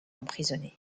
emprisonnés